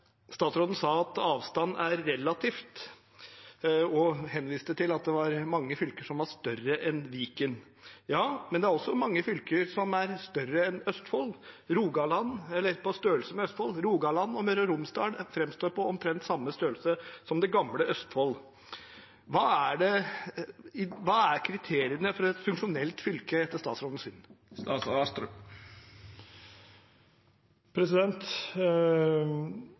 Statsråden sa at avstand er relativt, og henviste til at det var mange fylker som var større enn Viken. Ja, men det er også mange fylker som er større enn eller på størrelse med Østfold. Rogaland og Møre og Romsdal framstår omtrent like store som det gamle Østfold. Hva er kriteriene for et funksjonelt fylke etter statsrådens